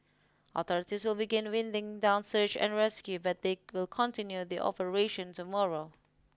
authorities will begin winding down search and rescue but they will continue the operation tomorrow